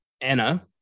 Anna